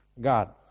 God